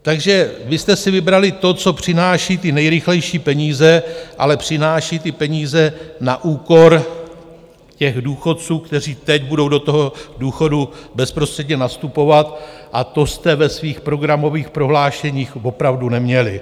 Takže vy jste si vybrali to, co přináší ty nejrychlejší peníze, ale přináší ty peníze na úkor těch důchodců, kteří teď budou do toho důchodu bezprostředně nastupovat, a to jste ve svých programových prohlášeních opravdu neměli.